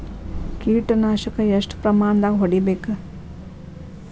ಕೇಟ ನಾಶಕ ಎಷ್ಟ ಪ್ರಮಾಣದಾಗ್ ಹೊಡಿಬೇಕ?